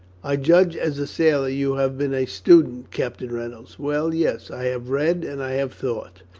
i judge as a sailor you have been a student, captain reynolds. well, yes, i have read and i have thought.